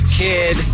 kid